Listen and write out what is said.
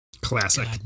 Classic